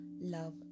love